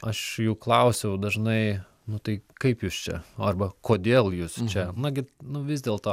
aš jų klausiau dažnai nu tai kaip jūs čia arba kodėl jūs čia nagi nu vis dėlto